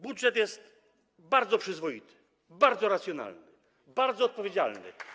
Budżet jest bardzo przyzwoity, bardzo racjonalny, bardzo odpowiedzialny.